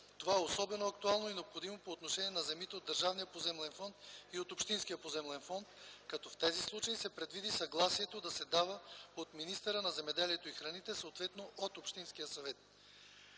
Това е особено актуално и необходимо по отношение на земите от държавния поземлен фонд и от общинския поземлен фонд, като в тези случаи се предвиди съгласието да се дава от министъра на земеделието и храните, съответно от общинския съвет.